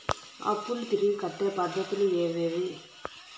అప్పులు తిరిగి కట్టే పద్ధతులు ఏవేవి